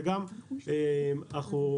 והשני,